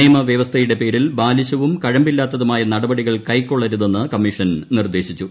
നിയമ വ്യവസ്ഥയുടെ പേരിൽ ബാലിശവും കഴമ്പില്ലാത്തതുമായ നടപടികൾ കൈക്കൊള്ളരുതെന്ന് കമ്മീഷൻ നിർദ്ദേശിച്ചു